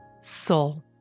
soul